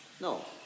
No